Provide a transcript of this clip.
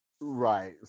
Right